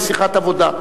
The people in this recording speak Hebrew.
בשיחת עבודה,